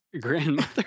grandmother